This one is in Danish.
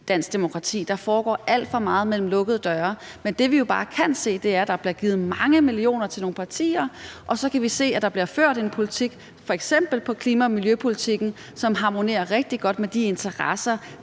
dansk demokrati. Der foregår alt for meget bag lukkede døre. Men det, vi jo bare kan se, er, at der bliver givet mange millioner til nogle partier, og så kan vi se, at der bliver ført en politik, f.eks. På klima- og miljøområdet, som harmonerer rigtig godt med de interesser,